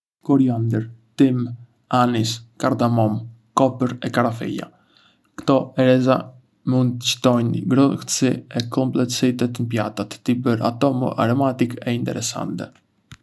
Koriandër, tym, anis, kardamom, kopër, e karafila. Ktò erëza mund të shtojndë ngrohtësi e kompleksitet ndë pjatat, të i bërë ato më aromatike e interesante.